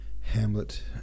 Hamlet